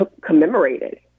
commemorated